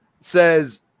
says